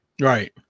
right